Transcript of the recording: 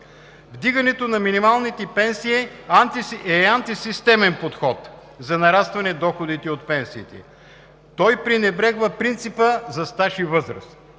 Вдигането на минималните пенсии е антисистемен подход за нарастване на доходите от пенсии. Той пренебрегва принципа за стаж и възраст.